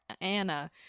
Anna